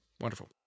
Wonderful